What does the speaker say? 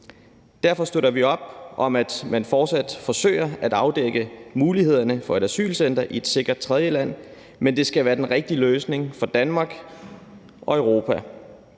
Derfor støtter vi op om, at man fortsat forsøger at afdække mulighederne for et asylcenter i et sikkert tredjeland, men det skal være den rigtige løsning for Danmark, Europa